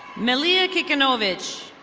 milia kicknovich.